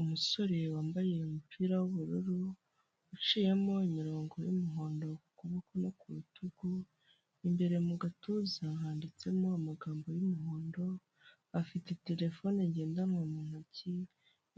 Umusore wambaye umupira w'ubururu uciyemo imirongo y'umuhondo ku kuboko no ku rutugu, imbere mu gatuza handitsemo amagambo y'umuhondo, afite terefone ngendanwa mu ntoki,